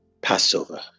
Passover